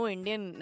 Indian